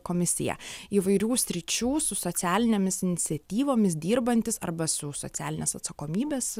komisija įvairių sričių su socialinėmis iniciatyvomis dirbantys arba su socialinės atsakomybės